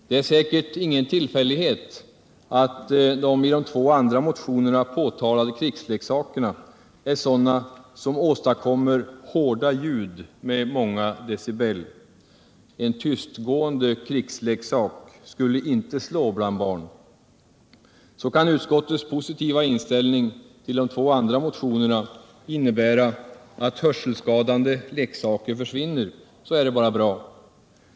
Det är säkerligen ingen tillfällighet att de i de två andra motionerna påtalade krigsleksakerna är sådana som åstadkommer hårda ljud med många decibel. En tystgående krigsleksak skulle inte slå bland barn. Om utskottets positiva inställning till de två andra motionerna kan innebära att hörselskadande leksaker försvinner, är det således bara bra.